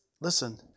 Listen